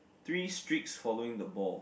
three streaks following the ball